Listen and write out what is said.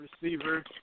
receiver